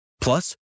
Plus